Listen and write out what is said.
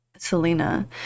selena